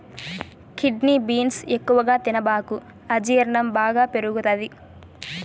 kidney beans ఎక్కువగా తినబాకు అజీర్ణం బాగా పెరుగుతది